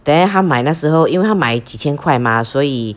then 她买那时候因为她买几千块 mah 所以